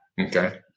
Okay